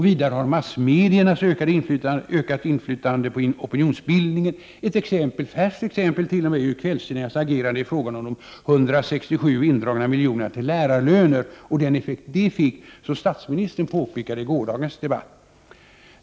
Vidare har massmediernas inflytande på opinionsbildningen ökat. Ett färskt exempel är kvällstidningarnas agerande i frågan om de 167 indragna miljonerna till lärarlöner och den effekt detta fick, som statsministern påpekade i gårdagens debatt.